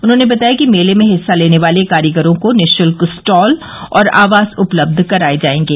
उन्होंने बताया कि मेले में हिस्सा लेने वाले कारीगरों को निःशुल्क स्टॉल और आवास उपलब्ध कराये जायेंगे